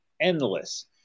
endless